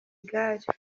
igare